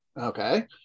okay